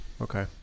okay